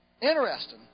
interesting